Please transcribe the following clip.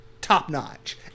top-notch